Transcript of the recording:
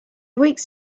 weeks